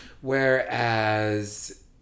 whereas